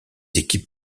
équipes